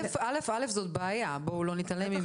א' זאת בעיה, בואו לא נתעלם ממנה.